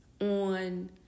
on